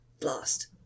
Blast